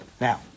Now